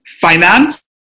finance